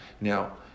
Now